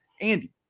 Andy